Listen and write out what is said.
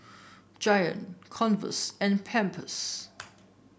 Giant Converse and Pampers